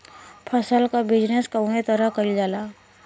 फसल क बिजनेस कउने तरह कईल जाला?